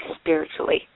spiritually